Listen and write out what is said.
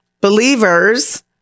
believers